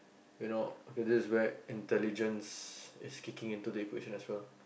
you know it is where intelligence is kicking into the equation as well